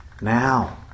now